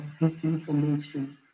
disinformation